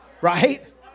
Right